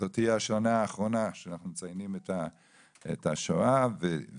שזאת תהיה השנה האחרונה שאנחנו מציינים את השואה ותהיה